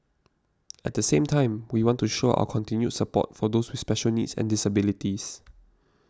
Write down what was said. at the same time we want to show our continued support for those with special needs and disabilities